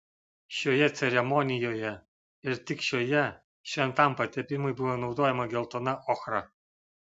šioje ceremonijoje ir tik šioje šventam patepimui buvo naudojama geltona ochra